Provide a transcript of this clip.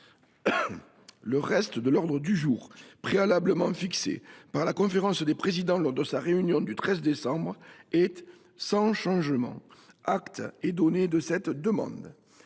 Le reste de l’ordre du jour préalablement fixé par la conférence des présidents lors de sa réunion du 13 décembre 2023 resterait inchangé. Acte est donné de cette demande.